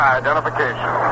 identification